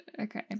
Okay